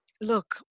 look